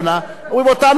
אומרים: אותנו תשאירו,